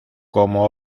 como